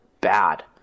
Bad